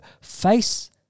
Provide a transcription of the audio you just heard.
face